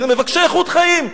מבקשי איכות חיים.